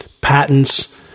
patents